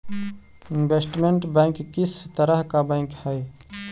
investment bank किस तरह का बैंक हई